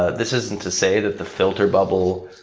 ah this isn't to say that the filter bubble,